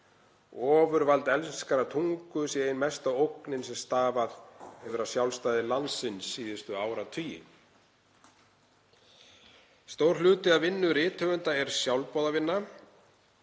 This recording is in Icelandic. Ofurvald enskrar tungu sé ein mesta ógnin sem steðjað hefur að sjálfstæði landsins síðustu áratugi. Stór hluti af vinnu rithöfundar er sjálfboðavinna.